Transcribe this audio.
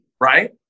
right